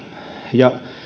ja